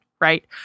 right